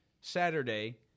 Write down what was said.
Saturday